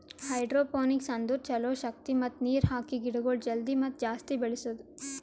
hydroponics ಅಂದುರ್ ಛಲೋ ಶಕ್ತಿ ಮತ್ತ ನೀರ್ ಹಾಕಿ ಗಿಡಗೊಳ್ ಜಲ್ದಿ ಮತ್ತ ಜಾಸ್ತಿ ಬೆಳೆಸದು